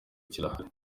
kirahari